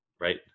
right